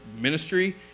ministry